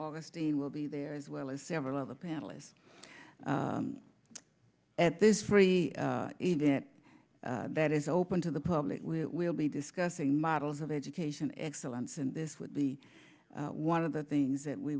augustine will be there as well as several of the panelists at this free internet that is open to the public we will be discussing models of education excellence and this would be one of the things that we